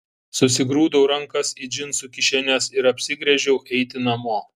susigrūdau rankas į džinsų kišenes ir apsigręžiau eiti namo